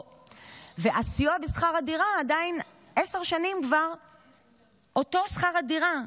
והסיוע בשכר הדירה עשר שנים כבר אותו שכר דירה.